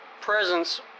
presence